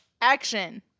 Action